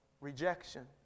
rejection